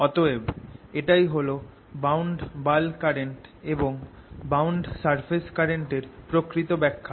অতএব এটাই হল বাউন্ড বাল্ক কারেন্ট এবং বাউন্ড সারফেস কারেন্ট এর প্রকৃত ব্যাখ্যা